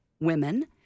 women